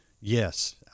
yes